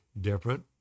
different